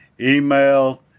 Email